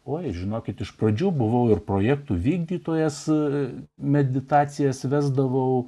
oi žinokit iš pradžių buvau ir projektų vykdytojas ir meditacijas vesdavau